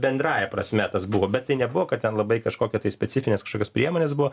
bendrąja prasme tas buvo bet tai nebuvo kad ten labai kažkokia tai specifinės kažkokios priemonės buvo